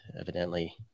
Evidently